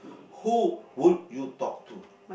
who would you talk to